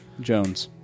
Jones